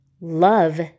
love